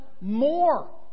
more